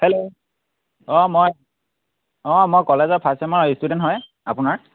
hello অঁ মই অঁ মই কলেজৰ ফাৰ্ষ্ট ছেমৰ ষ্টুডেণ্ট হয় আপোনাৰ